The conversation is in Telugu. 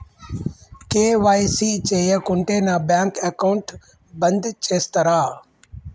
కే.వై.సీ చేయకుంటే నా బ్యాంక్ అకౌంట్ బంద్ చేస్తరా?